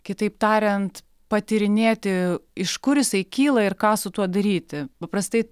kitaip tariant patyrinėti iš kur jisai kyla ir ką su tuo daryti paprastai